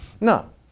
No